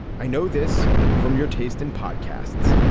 i know this from your taste in podcasts.